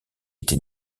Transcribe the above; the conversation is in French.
été